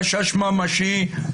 חשש ממשי.